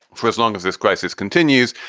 for as long as this crisis continues.